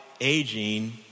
aging